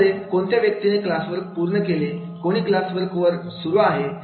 यामध्ये कोणत्या व्यक्तीने क्लास वर्क पूर्ण केले कोणी क्लास वर सुरू केले